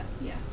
yes